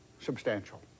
substantial